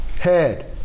head